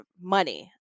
money